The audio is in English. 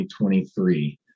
2023